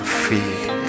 feed